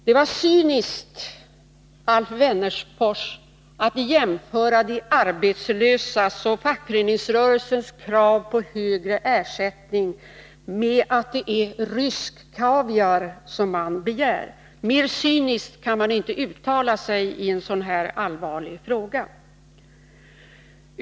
Det var cyniskt, Alf Wennerfors, att jämföra de arbetslösas och fackföreningsrörelsens krav på högre ersättning med att begära rysk kaviar. Mer cyniskt kan man inte uttala sig i en så här allvarlig fråga.